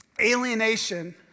alienation